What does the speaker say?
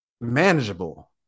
manageable